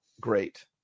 great